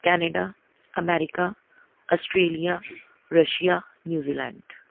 Canada America Australia Russia New Zealand